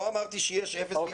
לא אמרתי שיש אפס בלי.